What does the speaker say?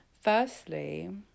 firstly